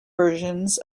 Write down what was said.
versions